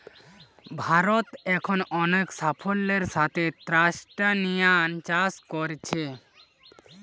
ভারত এখন অনেক সাফল্যের সাথে ক্রস্টাসিআন চাষ কোরছে